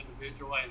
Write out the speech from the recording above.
individual